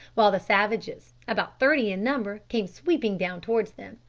while the savages about thirty in number came sweeping down towards them.